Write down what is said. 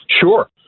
sure